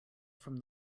from